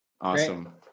Awesome